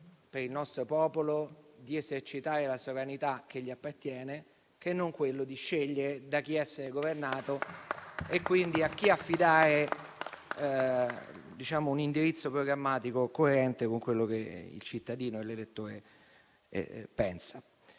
per il nostro popolo di esercitare la sovranità che gli appartiene, se non quello di scegliere da chi essere governato e quindi a chi affidare un indirizzo programmatico coerente con quello che il cittadino e l'elettore ne